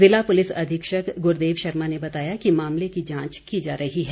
जिला पुलिस अधीक्षक गुरदेव शर्मा ने बताया कि मामले की जांच की जा रही है